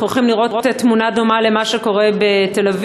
אנחנו יכולים לראות תמונה דומה למה שקורה בתל-אביב,